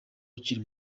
ukiri